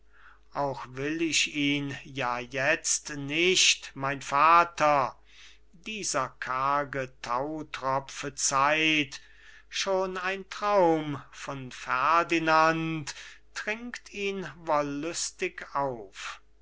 auch will ich ihn ja jetzt nicht mein vater dieser karge thautropfen zeit schon ein traum von ferdinand trinkt ihn wollüstig auf